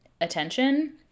attention